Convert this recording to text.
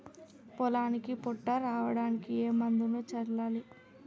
పొలానికి పొట్ట రావడానికి ఏ మందును చల్లాలి?